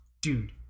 dude